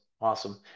Awesome